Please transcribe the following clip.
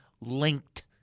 linked